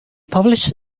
published